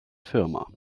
firma